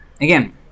again